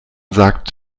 sagt